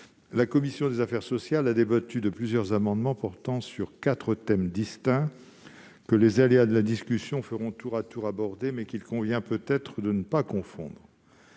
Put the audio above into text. La commission des affaires sociales a débattu de plusieurs amendements portant sur quatre thèmes distincts, que les aléas de la discussion nous feront tour à tour aborder, mais qu'il convient de ne pas confondre.